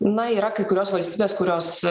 na yra kai kurios valstybės kurios